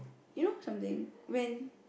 you know something when